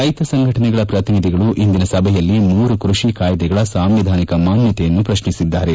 ರೈಕ ಸಂಘಟನೆಗಳ ಪ್ರತಿನಿಧಿಗಳು ಇಂದಿನ ಸಭೆಯಲ್ಲಿ ಮೂರು ಕೃಷಿ ಕಾಯ್ದೆಗಳ ಸಾಂವಿಧಾನಿಕ ಮಾನ್ಯತೆಯನ್ನು ಪ್ರಶ್ನಿಸಿದ್ದಾರೆ